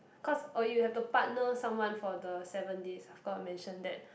cause oh you have to partner someone for the seven days I forgot mention that